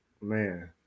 man